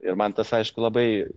ir man tas aišku labai